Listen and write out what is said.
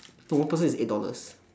no one person is eight dollars